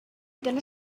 going